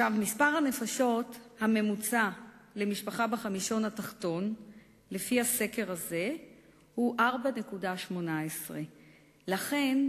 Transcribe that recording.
מספר הנפשות הממוצע למשפחה בחמישון התחתון לפי הסקר הזה הוא 4.18. לכן,